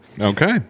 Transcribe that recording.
Okay